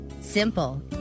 simple